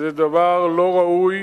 שזה דבר לא ראוי,